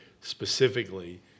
specifically